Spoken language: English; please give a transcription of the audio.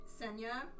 Senya